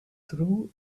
through